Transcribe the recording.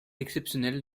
exceptionnel